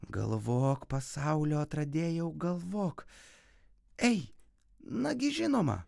galvok pasaulio atradėjau galvok ei nagi žinoma